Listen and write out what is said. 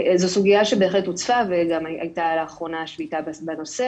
זו סוגייה שבהחלט הוצפה וגם הייתה לאחרונה שביתה בנושא